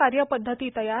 कार्यपध्दती तयार